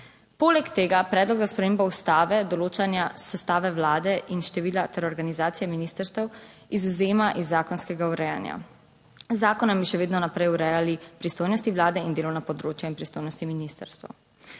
Poleg tega predlog za spremembo ustave, določanja sestave vlade in števila ter organizacije ministrstev izvzema iz zakonskega urejanja. Z zakonom bi še vedno naprej urejali pristojnosti Vlade in delovna področja in pristojnosti ministrstva.